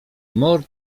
mord